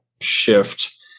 shift